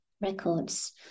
records